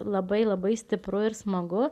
labai labai stipru ir smagu